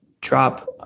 drop